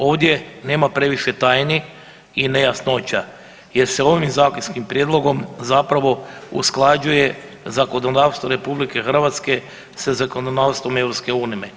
Ovdje nema previše tajni i nejasnoća jer se ovim zakonskim prijedlogom zapravo usklađuje zakonodavstvo RH sa zakonodavstvom EU.